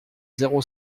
zéro